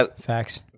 Facts